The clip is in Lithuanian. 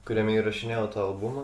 kuriame įrašinėjau albumą